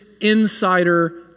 insider